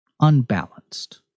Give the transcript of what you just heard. unbalanced